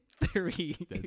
three